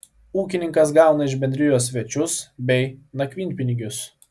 ūkininkas gauna iš bendrijos svečius bei nakvynpinigius